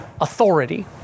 authority